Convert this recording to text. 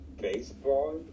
baseball